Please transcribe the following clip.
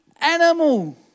animal